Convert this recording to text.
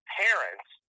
parents